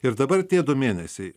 ir dabar tie du mėnesiai